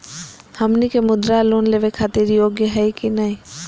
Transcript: हमनी के मुद्रा लोन लेवे खातीर योग्य हई की नही?